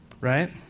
right